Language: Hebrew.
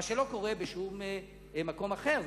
מה שלא קורה בשום מקום אחר.